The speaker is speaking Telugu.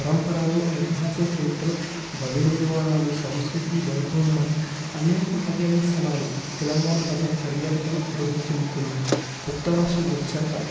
పరంపరాలు ఇతిహాస చరిత్రను భవినిర్మానాలు సంస్కృతి వైభవం మరి అనేక పర్యాటక స్థలాలు తెలంగాణ పర్యాటకలో అభివృద్ధి చెందుతున్నాయి కొత్త రాష్ట్రం వచ్చాక